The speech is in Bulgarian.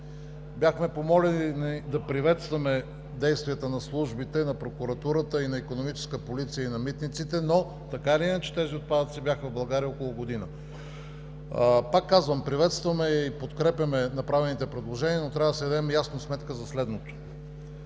Бяхме помолени да приветстваме действията на службите, на прокуратурата, на Икономическа полиция и на Митниците, но така или иначе тези отпадъци бяха в България около година. Пак казвам, приветстваме и подкрепяме направените предложения, но трябва да си дадем ясно сметка за следното: